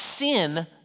Sin